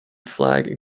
flag